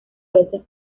veces